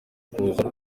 kuza